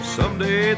Someday